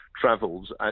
travels